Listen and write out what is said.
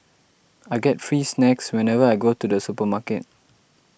I get free snacks whenever I go to the supermarket